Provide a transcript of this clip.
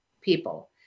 people